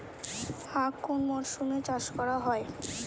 আখ কোন মরশুমে চাষ করা হয়?